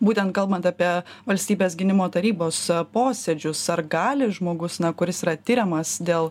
būtent kalbant apie valstybės gynimo tarybos posėdžius ar gali žmogus kuris yra tiriamas dėl